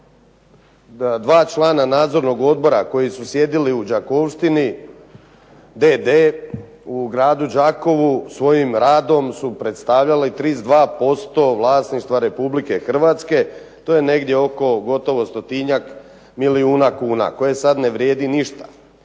dva člana nadzornog odbora koji su sjedili u Đakovštini d.d. u gradu Đakovu svojim radom su predstavljali 32% vlasništva Republike Hrvatske to negdje oko 100-tinjak milijuna kuna koje sada ne vrijedi ništa.